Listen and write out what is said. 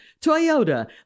Toyota